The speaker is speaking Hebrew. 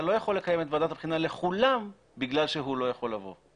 אתה לא יכול לקיים את ועדת הבחינה לכולם בגלל שהוא לא יכול לבוא.